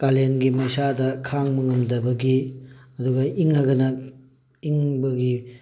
ꯀꯥꯂꯦꯟꯒꯤ ꯃꯩꯁꯥꯗ ꯈꯥꯡꯕ ꯉꯝꯗꯕꯒꯤ ꯑꯗꯨꯒ ꯏꯪꯉꯒꯅ ꯏꯪꯕꯒꯤ